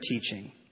teaching